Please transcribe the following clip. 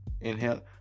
Inhale